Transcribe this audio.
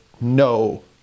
no